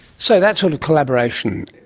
so that sort of collaboration,